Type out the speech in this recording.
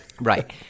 right